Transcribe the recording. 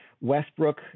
Westbrook